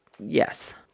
yes